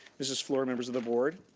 mrs. fluor, members of the board.